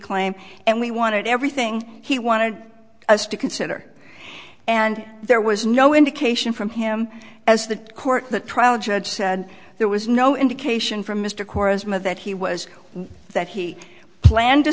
claim and we wanted everything he wanted us to consider and there was no indication from him as the court the trial judge said there was no indication from mr cora's move that he was that he planned to